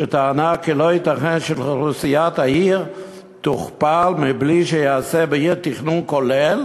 שטענה כי לא ייתכן שאוכלוסיית העיר תוכפל מבלי שייעשה בעיר תכנון כולל